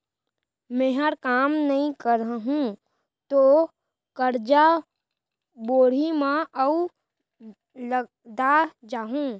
मैंहर काम नइ करहूँ तौ करजा बोड़ी म अउ लदा जाहूँ